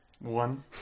One